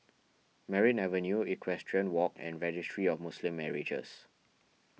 Merryn Avenue Equestrian Walk and Registry of Muslim Marriages